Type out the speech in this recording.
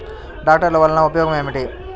ట్రాక్టర్లు వల్లన ఉపయోగం ఏమిటీ?